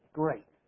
great